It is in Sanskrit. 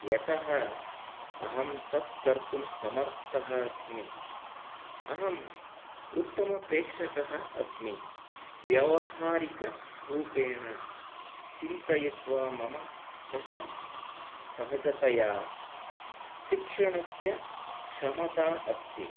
यतः अहं तत् कर्तुं समर्थः अस्मि अहम् उत्तमप्रेक्षकः अस्मि व्यावहारिकरूपेण चिन्तयित्वा मम सह सहजतया शिक्षणस्य क्षमता अस्ति